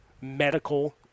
medical